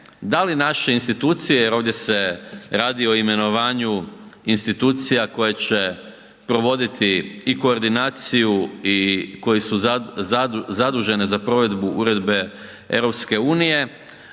da li naše institucije, jer ovdje se radi o imenovanju institucija koje će provoditi i koordinaciju i koji su zadužene za provedbu uredbe EU,